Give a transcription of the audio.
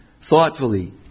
thoughtfully